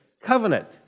covenant